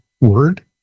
word